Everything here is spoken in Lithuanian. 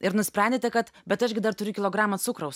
ir nusprendėte kad bet aš gi dar turiu kilogramą cukraus